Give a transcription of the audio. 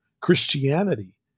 Christianity